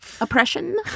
oppression